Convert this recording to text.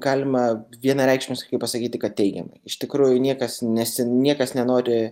galima vienareikšmiškai pasakyti kad teigiamai iš tikrųjų niekas nes niekas nenori